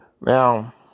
Now